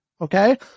Okay